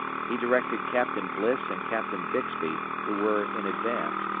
he directed captain bliss and captain bixby, who were in advance,